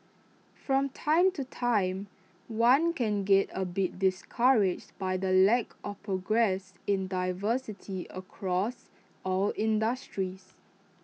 from time to time one can get A bit discouraged by the lack of progress in diversity across all industries